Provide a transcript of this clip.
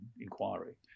inquiry